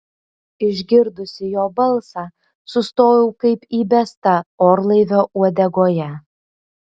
išgirdusi jo balsą sustojau kaip įbesta orlaivio uodegoje